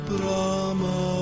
Brahma